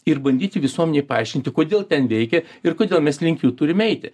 ir bandyti visuomenei paaiškinti kodėl ten veikia ir kodėl mes link jų turim eiti